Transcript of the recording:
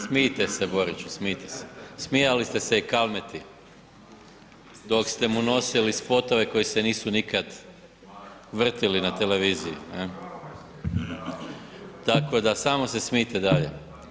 Smijte se Boriću, smijte se, smijali ste se i Kalmeti dok ste mu nosili spotove koji se nisu nikad vrtili na televiziji, tako se smijte dalje.